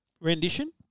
rendition